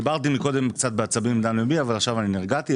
קודם דיברתי קצת בעצבים מדם לבי אבל עכשיו נרגעתי.